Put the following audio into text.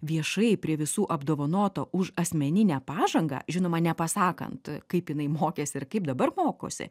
viešai prie visų apdovanota už asmeninę pažangą žinoma nepasakant kaip jinai mokėsi ir kaip dabar mokosi